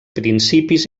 principis